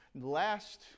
last